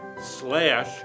slash